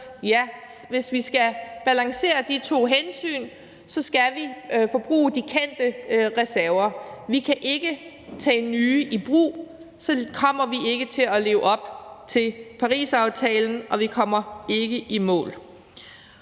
vi, hvis vi skal balancere de to hensyn, skal forbruge af de kendte reserver; vi kan ikke tage nye ressourcer i brug, for så kommer vi ikke til at leve op til Parisaftalen, og vi ikke kommer i mål.